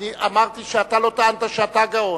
אני אמרתי שאתה לא טענת שאתה גאון.